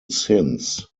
sins